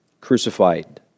crucified